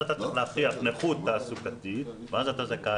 כשאתה מגיע